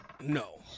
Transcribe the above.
No